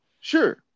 Sure